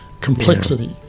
complexity